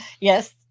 yes